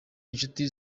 inshuti